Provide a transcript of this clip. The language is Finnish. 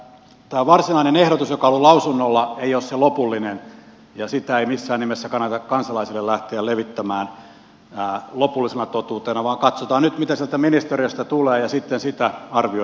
mutta tämä varsinainen ehdotus joka on ollut lausunnolla ei ole se lopullinen ja sitä ei missään nimessä kannata kansalaisille lähteä levittämään lopullisena totuutena vaan katsotaan nyt mitä sieltä ministeriöstä tulee ja sitten sitä arvioidaan yhdessä